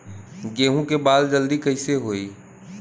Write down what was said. गेहूँ के बाल जल्दी कईसे होई?